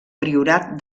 priorat